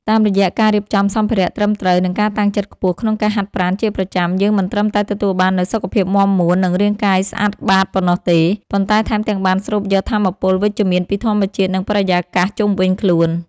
ការស្រូបយកកម្លាំងចិត្តពីធម្មជាតិជុំវិញខ្លួនជួយឱ្យផ្លូវចិត្តស្រស់ថ្លា និង មានភាពស្វាហាប់ក្នុងការតស៊ូជាមួយការងារប្រចាំថ្ងៃ។